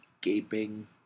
gaping